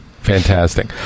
Fantastic